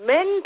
Men